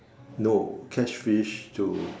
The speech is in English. no catch fish to